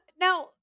Now